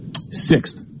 sixth